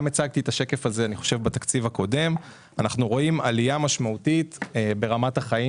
אנחנו רואים עלייה מאוד משמעותית ברמת החיים